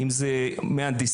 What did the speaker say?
אם זה מהנדסים,